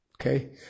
Okay